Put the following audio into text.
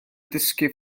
dysgu